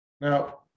Now